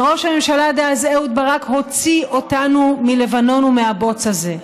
וראש הממשלה דאז אהוד ברק הוציא אותנו מלבנון ומהבוץ הזה.